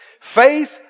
Faith